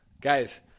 guys